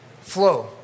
flow